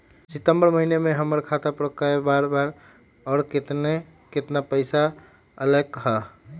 सितम्बर महीना में हमर खाता पर कय बार बार और केतना केतना पैसा अयलक ह?